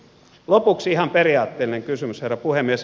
lopuksi ihan periaatteellinen kysymys herra puhemies